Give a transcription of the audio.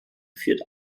führt